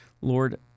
Lord